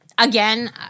Again